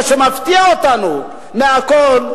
מה שמפתיע אותנו מהכול,